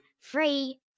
Free